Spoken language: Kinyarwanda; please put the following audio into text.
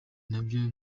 navyo